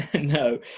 No